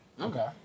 Okay